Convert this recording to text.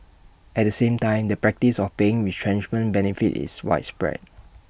at the same time the practice of paying retrenchment benefits is widespread